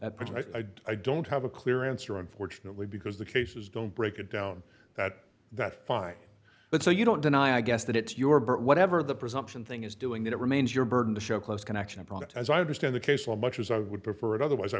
project i don't have a clear answer unfortunately because the cases don't break it down that that fine but so you don't deny i guess that it's your but whatever the presumption thing is doing that it remains your burden to show close connection a product as i understand the case so much as i would prefer it otherwise i